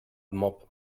mob